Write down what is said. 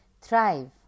Thrive